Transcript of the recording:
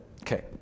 Okay